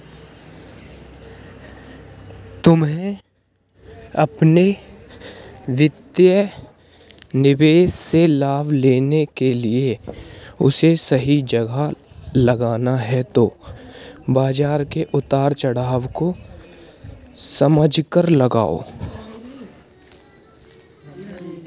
तुम्हे अपने वित्तीय निवेश से लाभ लेने के लिए उसे सही जगह लगाना है तो बाज़ार के उतार चड़ाव को समझकर लगाओ